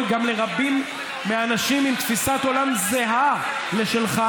גם לרבים מהאנשים עם תפיסת עולם זהה לשלך.